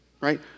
right